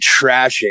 trashing